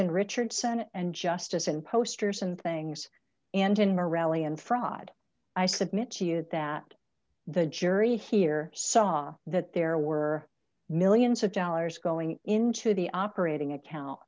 in richardson and justice in posters and things and in morality and fraud i submit to you that the jury here saw that there were millions of dollars going into the operating a co